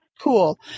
cool